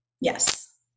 yes